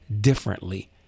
differently